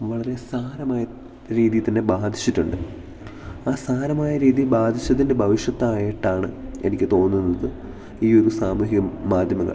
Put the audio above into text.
വളരെ സാരമായി രീതിയിൽ തന്നെ ബാധിച്ചിട്ടുണ്ട് ആ സാരമായ രീതിയിൽ ബാധിച്ചതിൻ്റെ ഭവിഷ്യത്തായിട്ടാണ് എനിക്ക് തോന്നുന്നത് ഈ ഒരു സാമൂഹ്യ മാധ്യമങ്ങൾ